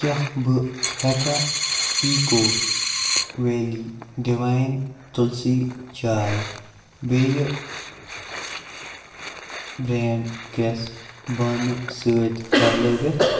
کیٛاہ بہٕ ہٮ۪کھا ایٖکو ویلی ڈِواین تُلسی چاے بیٚیہِ برٛینٛڈ کِس بانہٕ سۭتۍ بدلٲوِتھ